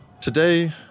today